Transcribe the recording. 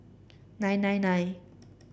nine nine nine